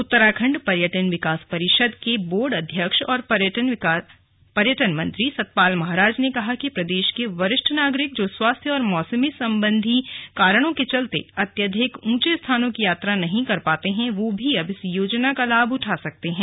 उत्तराखण्ड पर्यटन विकास परिषद के बोर्ड अध्यक्ष और पर्यटन मंत्री सतपाल महाराज ने कहा कि प्रदेश के वरिष्ठ नागरिक जो स्वास्थ्य और मौसम सम्बन्धी कारणों के चलते अत्यधिक ऊंचे स्थानों की यात्रा नहीं कर पाते हैं वो भी अब इस योजना का लाभ उठा सकेंगे